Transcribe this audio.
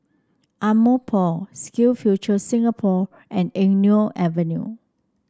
Ardmore Park SkillsFuture Singapore and Eng Neo Avenue